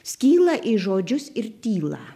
skyla į žodžius ir tylą